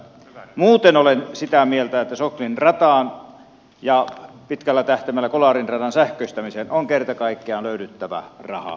muuten olen sitä mieltä että soklin rataan ja pitkällä tähtäimellä kolarin radan sähköistämiseen on kerta kaikkiaan löydyttävä rahaa